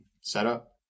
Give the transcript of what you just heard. setup